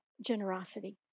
generosity